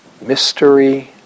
mystery